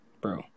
bro